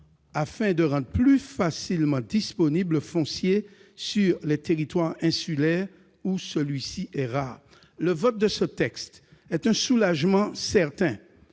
afin de rendre plus facilement disponible le foncier sur les territoires insulaires, où il est rare. Le vote de ce texte est un soulagement certain.